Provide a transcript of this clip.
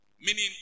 Meaning